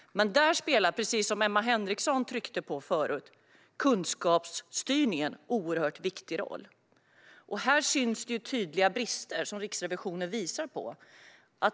Men där spelar, precis som Emma Henriksson tryckte på förut, kunskapsstyrningen en oerhört viktig roll. Här syns tydliga brister, som Riksrevisionen visar på.